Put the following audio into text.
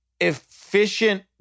efficient